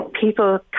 people